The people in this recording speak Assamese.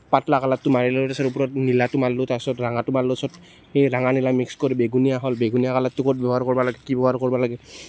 পাতলা কালাৰটো মাৰি লৈ তাৰ পাছত ওপৰত নীলাটো মাৰিলোঁ তাৰ পাছত ৰঙাটো মাৰিলোঁ তাৰপিছত সেই ৰঙা নীলা মিক্স কৰি বেঙুনীয়া হ'ল বেঙুনীয়া কালাৰটো ক'ত ব্যৱহাৰ কৰিব লাগে কি ব্যৱহাৰ কৰিব লাগে